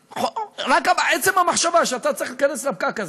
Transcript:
רק עצם המחשבה שאתה צריך להיכנס לפקק הזה,